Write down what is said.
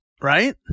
right